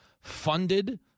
funded